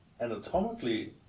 anatomically